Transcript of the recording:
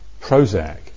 Prozac